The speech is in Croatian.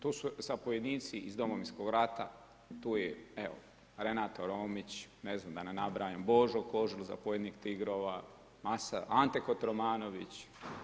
Tu su sad pojedinci iz Domovinskog rata, tu je evo Renato Romić, ne znam da ne nabrajam Božo Kožul zapovjednik Tigrova, Ante Kotromanović.